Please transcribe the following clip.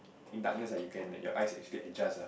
in darkness ah you can your eyes actually adjust ah